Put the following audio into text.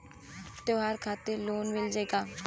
त्योहार खातिर लोन मिल जाई का?